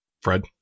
Fred